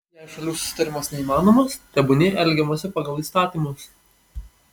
jei šalių susitarimas neįmanomas tebūnie elgiamasi pagal įstatymus